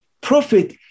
Prophet